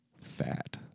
fat